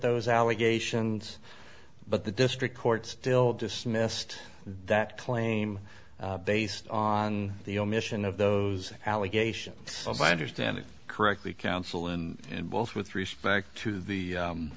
those allegations but the district court still dismissed that claim based on the omission of those allegations of my understanding correctly counsel and both with respect to the